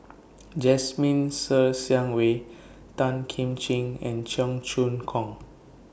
Jasmine Ser Xiang Wei Tan Kim Ching and Cheong Choong Kong